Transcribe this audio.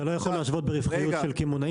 אתה לא יכול להשוות ברווחיות של קמעונאים